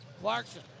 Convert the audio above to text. Clarkson